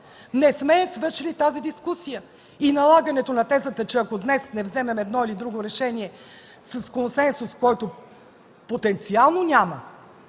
Не сме свършили тази дискусия. Налагането на тезата, че ако днес не вземем едно или друго решение с консенсус, който потенциално няма,